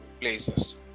places